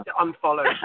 unfollowed